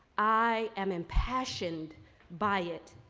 i am impassioned by it,